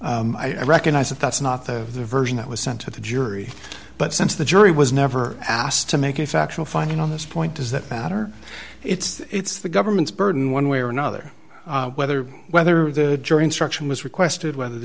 there i recognize that that's not the version that was sent to the jury but since the jury was never asked to make a factual finding on this point does that matter it's the government's burden one way or another whether whether the jury instruction was requested whether the